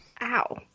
Ow